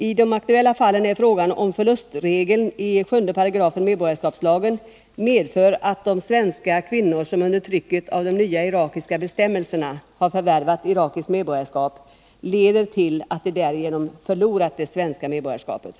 I de aktuella fallen är frågan, om förlustregeln i 7 § medborgarskapslagen medför att de svenska kvinnor som under trycket av de nya irakiska svenskt medbestämmelserna har förvärvat irakiskt medborgarskap leder till att de borgarskap i visst därigenom har förlorat det svenska medborgarskapet.